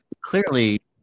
Clearly